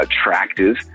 attractive